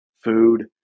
food